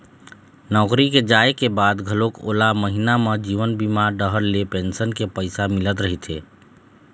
नौकरी के जाए के बाद घलोक ओला महिना म जीवन बीमा डहर ले पेंसन के पइसा मिलत रहिथे